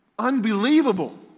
Unbelievable